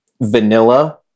vanilla